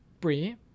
Brie